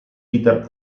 peter